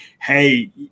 Hey